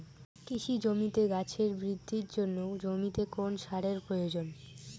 কৃষি জমিতে গাছের বৃদ্ধির জন্য জমিতে কোন সারের প্রয়োজন?